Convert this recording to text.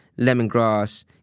lemongrass